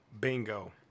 Bingo